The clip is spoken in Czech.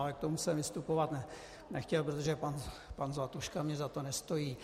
Ale k tomu jsem vystupovat nechtěl, protože pan Zlatuška mně za to nestojí.